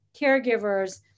caregivers